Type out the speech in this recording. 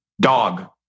Dog